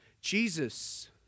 Jesus